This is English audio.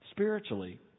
Spiritually